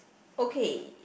okay